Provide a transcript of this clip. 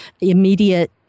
immediate